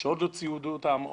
שעוד לא ציידו אותם,